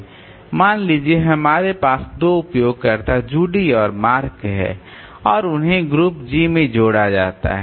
मान लीजिए हमारे पास दो उपयोगकर्ता जूडी और मार्क हैं और उन्हें ग्रुप G में जोड़ा जाता है